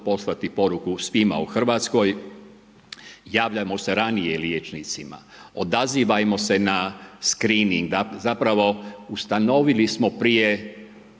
poslati poruku svima u Hrvatskoj. Javljajmo se ranije liječnicima, odazivajmo se na skrining, zapravo ustanovili smo prije